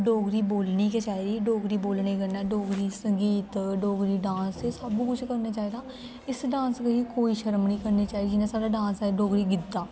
डोगरी बोलनी गै चाहिदी डोगरी बोलने कन्नै डोगरी संगीत डोगरी डांस एह् सब्भ कुछ करना चाहिदा इस डांस करी कोई शरम निं करनी चाहिदी जियां साढ़ां डांस ऐ डोगरी गिद्दा